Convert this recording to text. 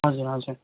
हजुर हजुर